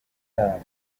laughed